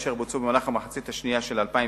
אשר בוצעו במהלך המחצית השנייה של 2009,